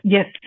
Yes